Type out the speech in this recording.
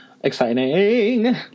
exciting